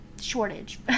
shortage